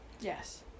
Yes